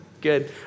Good